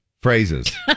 phrases